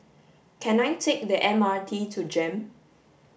can I take the M R T to JEM